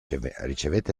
ricevette